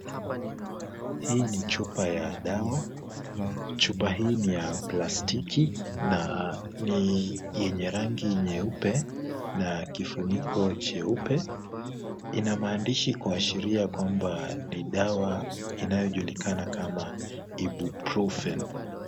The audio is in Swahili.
Hii ni chupa ya dawa. Chupa hii ni ya plastiki na ni yenye rangi nyeupe na kifuniko cheupe. Ina maandishi kuashiria kwamba ni dawa inayojulikana kama ibuprofen.